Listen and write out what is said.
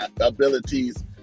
abilities